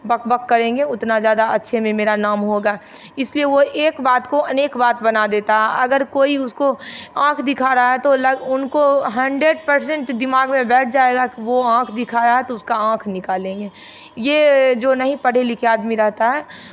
बक बक करेंगे उतना ज़्यादा अच्छे में मेरा नाम होगा इसलिए वो एक बात को अनेक बात बना देता है अगर कोई उसको आँख दिखा रहा है तो उनको हंड्रेड परसेंट दिमाग में बैठ जाएगा कि वो आँख दिखा रहा है तो उसका आँख निकालेंगे ये जो नहीं पढ़े लिखे आदमी जो रहता है